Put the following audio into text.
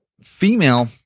female